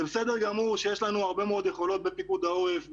זה בסדר גמור שיש לנו הרבה מאוד יכולות בפיקוד העורף,